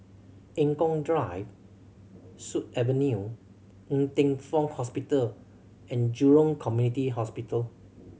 Eng Kong Drive Sut Avenue and Ng Teng Fong Hospital And Jurong Community Hospital